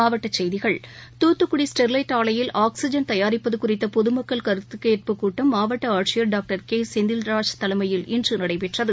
மாவட்டச் செய்திகள் தூத்துக்குடி ஸ்டெர்லைட் ஆலையில் ஆக்ஸிஜன் தயாரிப்பது குறித்த பொதுமக்கள் கருத்து கேட்புக் கூட்டம் மாவட்ட ஆட்சியர் டாக்டர் கே செந்தில்ராஜ் தலைமையில் இன்று நடைபெற்றது